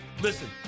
Listen